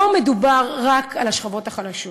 לא מדובר רק על השכבות החלשות